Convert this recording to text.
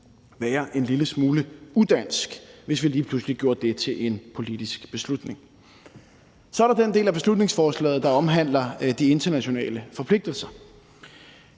være en lille smule udansk, hvis vi lige pludselig gjorde det til en politisk beslutning. Så er der den del af beslutningsforslaget, der omhandler de internationale forpligtelser.